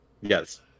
Yes